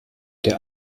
der